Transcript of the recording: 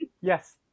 Yes